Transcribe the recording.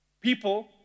People